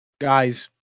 guys